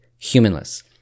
Humanless